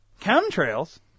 chemtrails